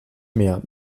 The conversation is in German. mehr